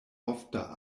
ofta